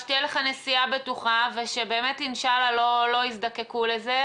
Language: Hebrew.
שתהיה לך נסיעה בטוחה ושבאמת אינשאללה לא יזדקקו לזה,